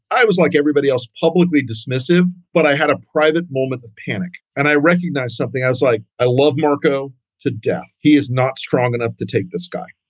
i was like everybody else, publicly dismissive. but i had a private moment of panic and i recognized something. i was like. i love marco to death. he is not strong enough to take this guy.